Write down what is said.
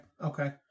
Okay